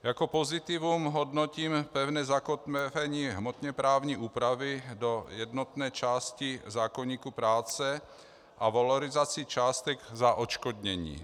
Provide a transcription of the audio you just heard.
Jako pozitivum hodnotím pevné zakotvení hmotněprávní úpravy do jednotné části zákoníku práce a valorizaci částek za odškodnění.